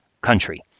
country